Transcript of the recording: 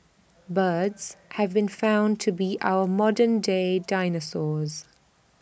birds have been found to be our modern day dinosaurs